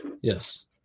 yes